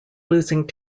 losing